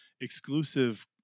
exclusive